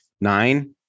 nine